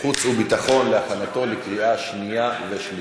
החוץ והביטחון להכנתה לקריאה שנייה ושלישית.